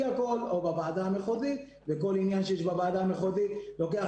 כי הכול או בוועדה המחוזית וכל עניין שיש בוועדה המחוזית לוקח